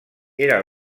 era